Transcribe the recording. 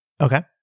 Okay